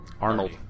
Arnold